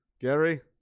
Gary